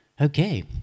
Okay